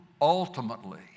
ultimately